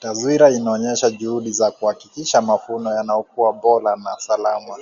Taswira inaonyesha juhudi za kuhakikisha mavuno yanayokua bora na salama.